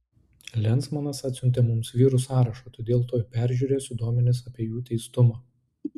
lensmanas atsiuntė mums vyrų sąrašą todėl tuoj peržiūrėsiu duomenis apie jų teistumą